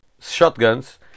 shotguns